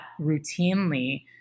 routinely